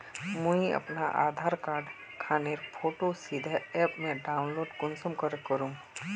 मुई अपना आधार कार्ड खानेर फोटो सीधे ऐप से डाउनलोड कुंसम करे करूम?